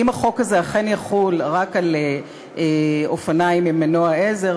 אם החוק הזה אכן יחול רק על אופניים עם מנוע עזר,